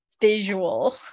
visual